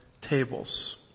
tables